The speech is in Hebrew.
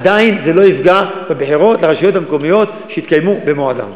עדיין זה לא יפגע בבחירות לרשויות המקומיות והן יתקיימו במועדן.